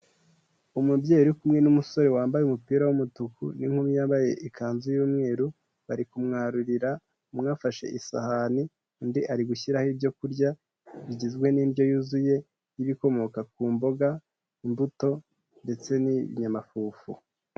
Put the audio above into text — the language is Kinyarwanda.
Umubyeyi uri kumwe n'umusore wambaye umupira w'umutuku n'inkumi yabaye ikanzu y'umweru, bari kumwarurira, umwe afashe isahani, undi ari gushyiraho ibyo kurya, bigizwe n'indyo yuzuye y'ibikomoka ku mboga, imbuto ndetse n'inyamafufu.